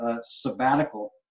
sabbatical